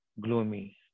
gloomy